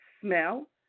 smell